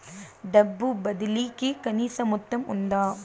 డబ్బు బదిలీ కి కనీస మొత్తం ఉందా?